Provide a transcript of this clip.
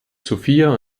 sofia